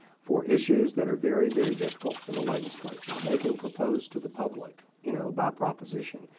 for issues that are very, very difficult for the legislature, they can propose to the public, you know, by proposition,